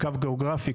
קו גיאוגרפי,